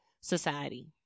society